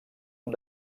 com